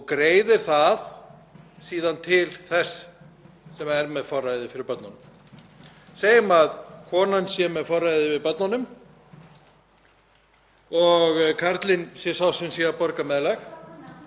og karlinn sé sá sem borgar meðlag. Þá er það einfaldlega þannig að ríkið, í formi Tryggingastofnunar, sér um að ná í meðlagið til